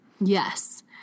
Yes